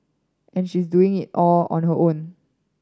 and she is doing it all on her own